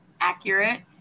accurate